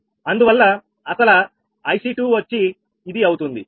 అందువల్ల అసలు IC2 వచ్చి ఇది అవుతుంది